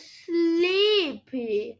sleepy